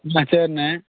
ம் சரிண்ணே